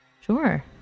Sure